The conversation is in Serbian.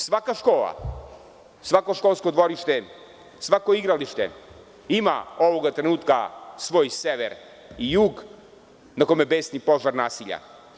Svaka škola, svako školsko dvorište, svako igralište ima ovog trenutka svoj sever i jug na kome besni požar nasilja.